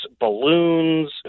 balloons